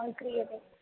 आ क्रियते